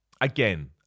again